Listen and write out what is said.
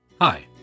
Hi